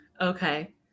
okay